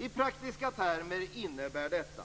I praktiska termer innebär detta